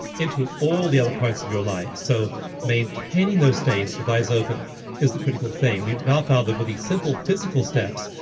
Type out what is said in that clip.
into all the other parts of your life. so maintaining those states with eyes open is the critical thing. we've now found the but really simple physical steps,